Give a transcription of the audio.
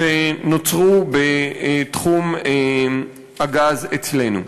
שנוצרו בתחום הגז אצלנו.